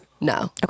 No